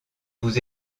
vous